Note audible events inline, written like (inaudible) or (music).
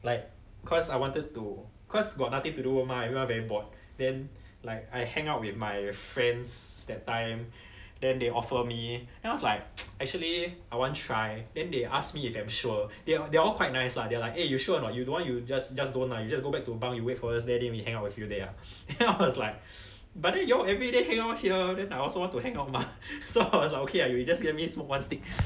like cause I wanted to cause got nothing to do mah everyone very bored then like I hang out with my friends that time then they offer me then I was like (noise) actually I want try then they ask me if I'm sure they were they are all quite nice lah they were like eh you sure or not you don't want you just just don't lah you just go back to bunk you wait for us there then we hang out with you there lah then I was like but then you'll everyday hang out here then I also want to hang out mah so I was like okay lah you just let me smoke one stick